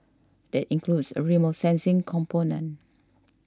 that includes a remote sensing component